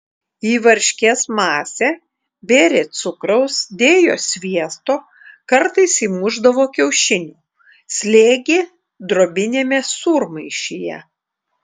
į varškės masę bėrė cukraus dėjo sviesto kartais įmušdavo kiaušinių slėgė drobiniame sūrmaišyje